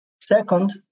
Second